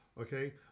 Okay